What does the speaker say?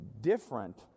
different